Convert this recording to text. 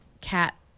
cat